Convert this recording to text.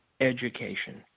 Education